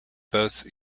both